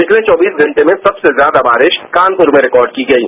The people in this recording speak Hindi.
पिछले चौबीस घंटों में सबसे ज़यादा बारिश कानपुर में रिकॉर्ड की गयी